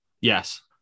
Yes